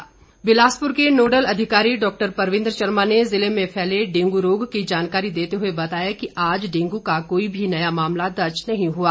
dengue Bilaspur के nodal अधिकारी doctor Parvinder Sharma ने जिले में फैले डेंगू रोग की जानकारी देते हुए बताया कि आज डेंगू का कोई भी नया मामला दर्ज नही हुआ